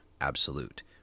absolute